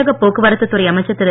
தமிழக போக்குவரத்து துறை அமைச்சர் திரு